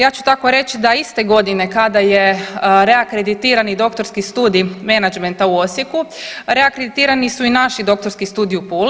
Ja ću tako reći da je iste godine kada je reakreditiran i Doktorski studij menadžmenta u Osijeku reakreditirani su i naši doktorski studiji u Puli.